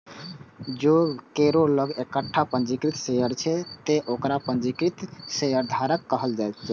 जों केकरो लग एकटा पंजीकृत शेयर छै, ते ओकरा पंजीकृत शेयरधारक कहल जेतै